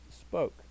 spoke